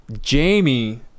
Jamie